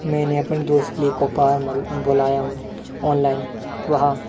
मैंने अपने दोस्त के लिए बुलाया हूँ ऑनलाइन वह